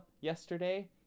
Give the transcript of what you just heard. yesterday